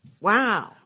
Wow